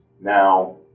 Now